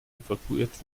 evakuiert